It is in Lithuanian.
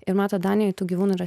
ir mat danijoje tų gyvūnų yra